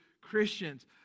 Christians